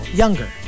younger